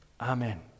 Amen